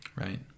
right